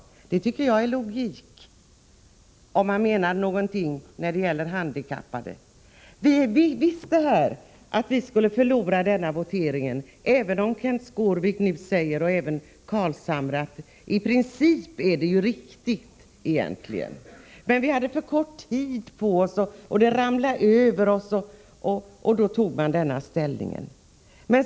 Enligt min mening är detta logik, om man menar någonting när det gäller intresse för de handikappade. Vi visste att vi skulle förlora voteringen, även om Kenth Skårvik, och nu också Nils Carlshamre, säger att detta förslag är riktigt i princip. Vi hade, heter det, för kort tid på oss, det ramlade över oss, därför tog vi ställning på det här sättet.